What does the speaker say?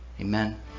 Amen